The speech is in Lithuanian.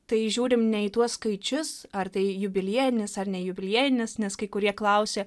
tai žiūrim ne į tuos skaičius ar tai jubiliejinis ar ne jubiliejinis nes kai kurie klausia